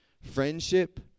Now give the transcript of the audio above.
Friendship